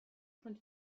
von